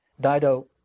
Dido